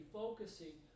focusing